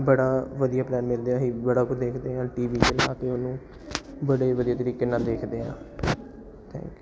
ਬੜਾ ਵਧੀਆ ਪਲੈਨ ਮਿਲਦੇ ਆ ਅਸੀਂ ਬੜਾ ਕੁਛ ਦੇਖਦੇ ਹਾਂ ਟੀ ਵੀ 'ਤੇ ਲਾ ਕੇ ਉਹਨੂੰ ਬੜੇ ਵਧੀਆ ਤਰੀਕੇ ਨਾਲ ਦੇਖਦੇ ਹਾਂ ਥੈਂਕ